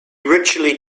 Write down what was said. ritually